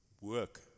Work